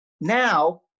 Now